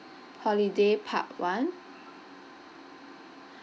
holiday part one